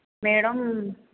madam